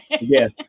Yes